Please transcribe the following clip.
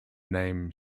name